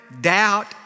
doubt